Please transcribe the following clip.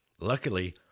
luckily